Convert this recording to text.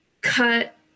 cut